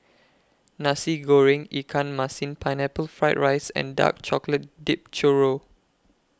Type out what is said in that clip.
Nasi Goreng Ikan Masin Pineapple Fried Rice and Dark Chocolate Dipped Churro